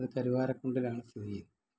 ഇത് കരിവാര കുണ്ടിലാണ് സ്ഥിതിചെയ്യുന്നത്